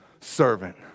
servant